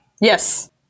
Yes